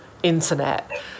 internet